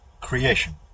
creation